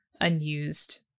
unused